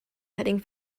heading